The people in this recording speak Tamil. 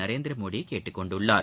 நரேந்திரமோடி கேட்டுக் கொண்டுள்ளார்